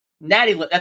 natty